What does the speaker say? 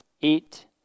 eat